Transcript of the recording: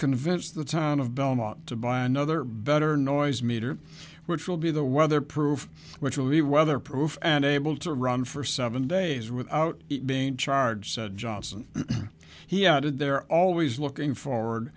convince the time of belmont to buy another better noise meter which will be the weather proof which will be weatherproof and able to run for seven days without being charged johnson he added they're always looking forward